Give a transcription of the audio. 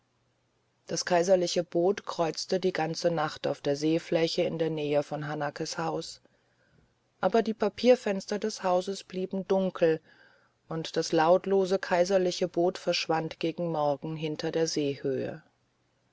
das kaiserliche boot kreuzte die ganze nacht auf der seefläche in der nähe von hanakes haus aber die papierfenster des hauses blieben dunkel und das lautlose kaiserliche boot verschwand gegen morgen hinter der seehöhe